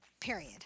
period